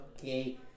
Okay